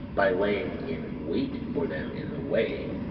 by lying in wait for them in the way.